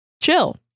Chill